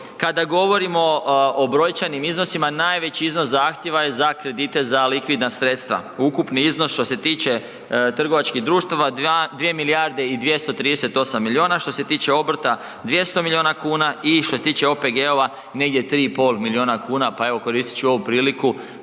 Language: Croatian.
Kada govorimo o brojčanim iznosima najveći iznos zahtjeva je za kredite za likvidna sredstva, ukupni iznos što se tiče trgovačkih društava 2 milijarde i 238 milijuna, što se tiče obrta 200 milijuna kuna i što se tiče OPG-ova negdje 3,5 milijuna kuna, pa evo koristit ću ovu priliku